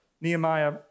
Nehemiah